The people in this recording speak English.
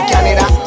Canada